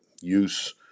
use